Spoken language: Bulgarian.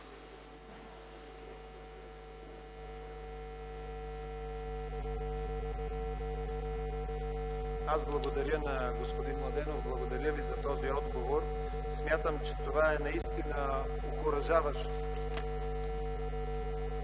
Аз благодаря на господин Младенов. Благодаря Ви за този отговор. Смятам, че това е наистина окуражаващ